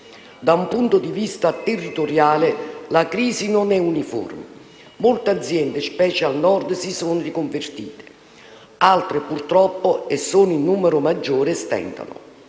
Da un punto di vista territoriale, la crisi non è uniforme: molte aziende, specie al Nord, si sono riconvertite, mentre altre purtroppo, e sono in numero maggiore, stentano.